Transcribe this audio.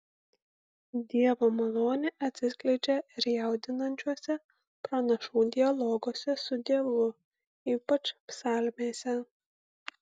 dievo malonė atsiskleidžia ir jaudinančiuose pranašų dialoguose su dievu ypač psalmėse